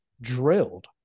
drilled